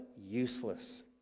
useless